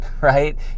right